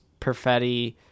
perfetti